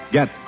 Get